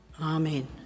Amen